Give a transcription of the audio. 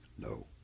No